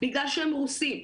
בגלל שהם רוסים?